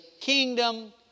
kingdom